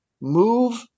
move